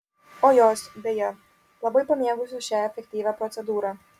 o jos beje labai pamėgusios šią efektyvią procedūrą